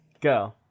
Go